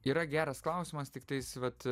yra geras klausimas tiktais vat